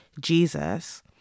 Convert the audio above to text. Jesus